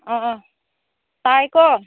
ꯑꯥ ꯑꯥ ꯇꯥꯏꯀꯣ